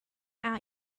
out